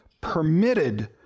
permitted